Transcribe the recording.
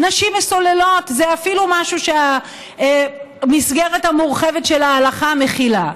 נשים מסוללות זה משהו שאפילו המסגרת המורחבת של ההלכה מכילה.